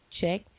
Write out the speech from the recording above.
check